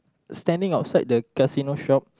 standing outside the casino shop